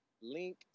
link